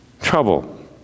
trouble